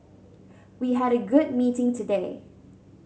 we had a good meeting today